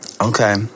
okay